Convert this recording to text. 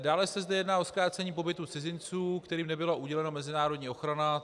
Dále se zde jedná o zkrácení pobytu cizinců, kterým nebyla udělena mezinárodní ochrana.